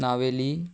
Navelim